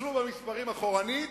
תסתכלו במספרים אחורנית,